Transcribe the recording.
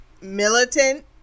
militant